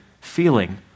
feeling